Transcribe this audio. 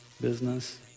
business